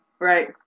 Right